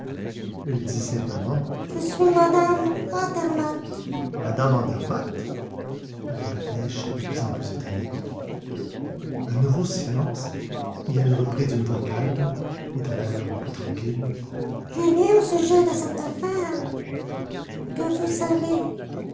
elle dit simplement je suis mme andermatt madame andermatt répétai-je de plus en plus étonné un nouveau silence et elle reprit d'une voix calme et de l'air le plus tranquille je viens au sujet de cette affaire que vous savez